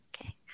okay